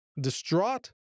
distraught